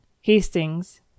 Hastings